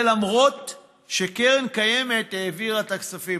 זה למרות שקרן קיימת העבירה את הכספים.